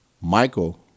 Michael